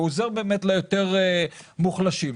הוא עוזר ליותר מוחלשים.